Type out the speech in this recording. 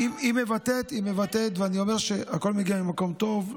היא מבטאת, ואני אומר שהכול מגיע ממקום טוב.